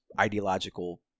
ideological